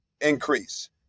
increase